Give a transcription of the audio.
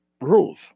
rules